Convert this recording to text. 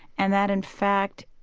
and that, in fact,